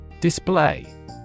Display